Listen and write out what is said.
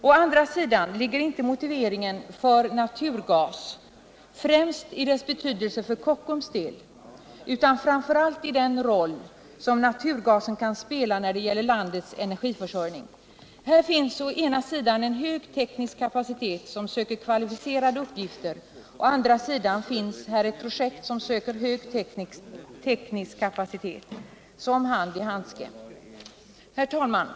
Å andra sidan ligger inte motiveringen för naturgas främst i dess betydelse för Kockums del utan i den roll naturgasen kan spela när det gäller landets energiförsörjning. Här finns å ena sidan en hög teknisk kapacitet, som söker kvalificerade uppgifter. Å andra sidan finns ett projekt som söker hög teknisk kapacitet. Det passar som hand i handske! Herr talman!